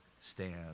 stand